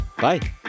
Bye